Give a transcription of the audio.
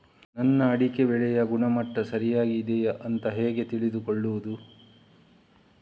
ನನ್ನ ಅಡಿಕೆ ಬೆಳೆಯ ಗುಣಮಟ್ಟ ಸರಿಯಾಗಿ ಇದೆಯಾ ಅಂತ ಹೇಗೆ ತಿಳಿದುಕೊಳ್ಳುವುದು?